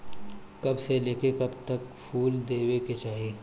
कब से लेके कब तक फुल देवे के चाही?